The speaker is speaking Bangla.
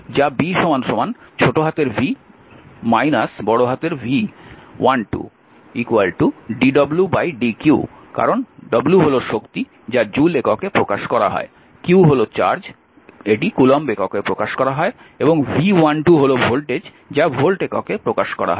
যা b ছোট হাতের v বড় হাতের V12 d w dq কারণ w হল শক্তি যা জুল এককে প্রকাশ করা হয় q হল চার্জ কুলম্ব এককে এবং V12 হল ভোল্টেজ যা ভোল্ট এককে প্রকাশ করা হয়